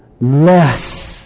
less